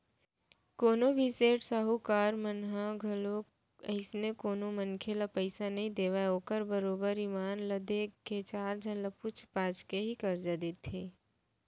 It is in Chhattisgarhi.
कोनो भी सेठ साहूकार मन ह घलोक अइसने कोनो मनखे ल पइसा नइ देवय ओखर बरोबर ईमान ल देख के चार झन ल पूछ पाछ के ही करजा देथे